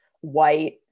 white